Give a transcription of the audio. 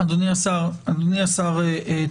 אדוני השר, תודה.